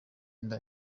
inda